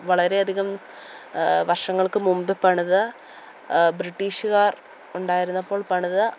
വളരെ അധികം വർഷങ്ങൾക്കു മുമ്പ് പണിത ബ്രിട്ടീഷുകാർ ഉണ്ടായിരുന്നപ്പോൾ പണിത